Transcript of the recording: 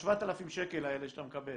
ה-7,000 שקל האלה שאתה מקבל,